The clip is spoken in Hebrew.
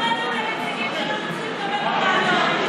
תיתנו לנו את הנציגים שאנחנו צריכים לקבל בוועדות.